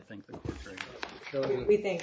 think that we think